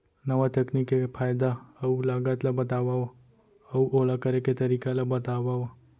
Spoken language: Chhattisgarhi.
नवा तकनीक के फायदा अऊ लागत ला बतावव अऊ ओला करे के तरीका ला बतावव?